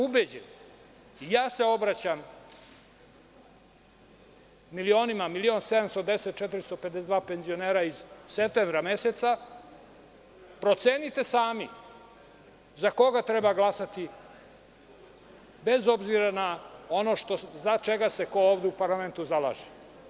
Ubeđen sam, i obraćam se milionima, milion 710.452 penzionera iz septembra meseca, procenite sami za koga treba glasati, bez obzira na ono za šta se ko ovde u parlamentu zalaže.